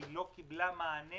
שלא קיבלה מענה